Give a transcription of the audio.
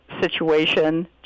situation